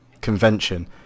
convention